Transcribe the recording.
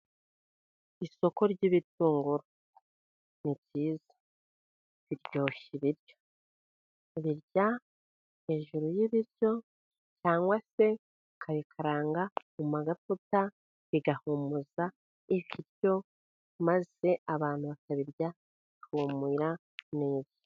Isoko ry'ibitunguru ni ryiza. Biryoshya ibiryo, babirya hejuru y'ibiryo cyangwa se bakabikaranga mu mavuta bigahumuza ibiryo, maze abantu bakabirya bihumura neza.